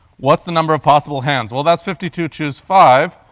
what's the number of possible hands? well that's fifty two, choose five.